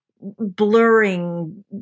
Blurring